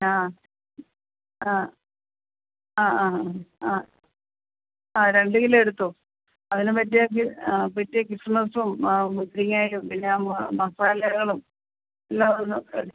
ആ അ ആ അ ആ ആ ആ രണ്ട് കിലോ എടുത്തൊ അതിന് പറ്റിയ ആ പറ്റിയ കിസ്മിസും ആ മുന്തിരിങ്ങയും പിന്നെ മസാലകളും എല്ലാമൊന്ന് എടുത്തൊ